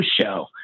show